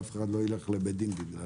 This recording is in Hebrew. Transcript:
אם תהיה חריגה אף אחד לא ילך לבית דין בגללה.